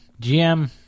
GM